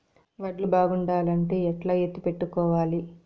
వడ్లు బాగుండాలంటే ఎట్లా ఎత్తిపెట్టుకోవాలి?